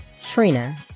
Trina